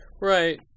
Right